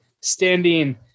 standing